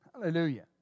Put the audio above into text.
Hallelujah